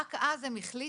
רק אז הם החליטו,